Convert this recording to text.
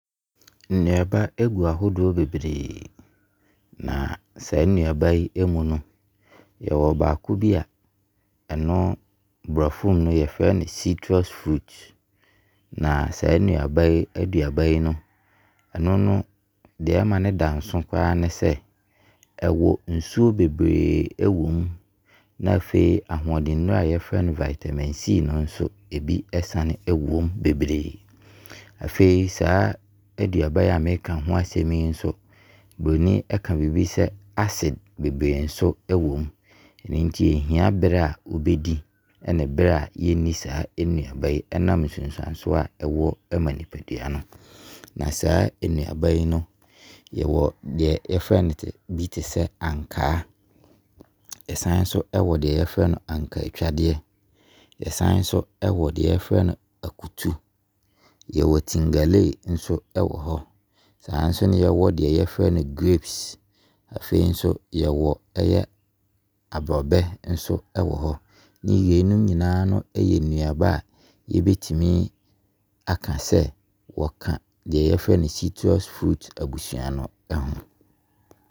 Nnuaba ɛgu ahodoɔ bebree. Na saa nnuaba yi ɛmu no yɛwɔ baako bi a ɛno, brɔfo mu no yɛfrɛ no citrus fruits. Na saa nnuaba yi, aduaba yi no deɛ ɛma no da nso paa ne sɛ ɛwɔ nsuo bebree ɛwɔ mu Na afei ahoɔdennnuro a yɛfrɛ no vitamin C no nso ɛbi ɛsane ɛwɔ mu bebree. Afei saa aduaba yi a meka ho asem yi nso broni ɛka biribi sɛ acid, bebree nso ɛwɔ mu. Ɛno nti ɛhia berɛ a wobɛdi ɛne berɛ a yɛnni saa nnuaba yi ɛnam nsunsuansoɔ a ɛwɔ ɛma nipadua no. Na saa nnuaba yi no yɛwɔ deɛ yɛfrɛ no, bi te sɛ ankaa. Yɛsan nso ɛwɔ deɛ yɛfrɛ no ankaatwadeɛ. Yɛsan nso ɛwɔ deɛ yɛfrɛ no sɛ akutu. Yɛwɔ tingalee nso ɛwɔ hɔ. Saa nso ne yɛwɔ deɛ yɛfrɛ no grapes. Afei nso yɛwɔ ɛyɛ abrɔbɛ nso ɛwɔ hɔ. Yienom nyinaa no ɛyɛ nnuaba a yɛbɛtumi aka sɛ wɔka deɛ yɛfrɛ no citrus fruits abusua no ɛho.